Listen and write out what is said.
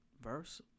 verse